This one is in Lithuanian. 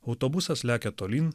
autobusas lekia tolyn